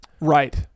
Right